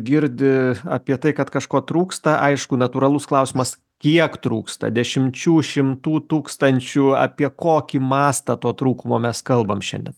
girdi apie tai kad kažko trūksta aišku natūralus klausimas kiek trūksta dešimčių šimtų tūkstančių apie kokį mastą to trūkumo mes kalbam šiandien